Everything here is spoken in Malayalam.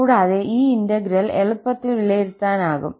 കൂടാതെ ഈ ഇന്റഗ്രൽ എളുപ്പത്തിൽ വിലയിരുത്താനാകും